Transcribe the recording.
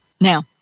Now